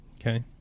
Okay